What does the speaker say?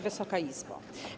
Wysoka Izbo!